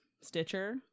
Stitcher